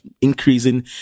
increasing